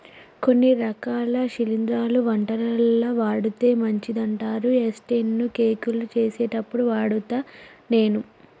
కొన్ని రకాల శిలింద్రాలు వంటలల్ల వాడితే మంచిదంటారు యిస్టు ను కేకులు చేసేప్పుడు వాడుత నేను